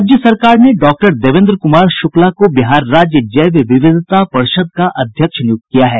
राज्य सरकार ने डॉक्टर देवेन्द्र कुमार शुक्ला को बिहार राज्य जैव विविधता पर्षद का अध्यक्ष नियुक्त किया है